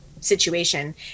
situation